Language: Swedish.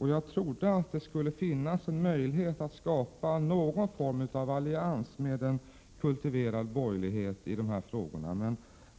Jag trodde att det i dessa frågor skulle finnas möjlighet att skapa någon form av allians med en kultiverad borgerlighet, men